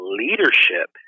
leadership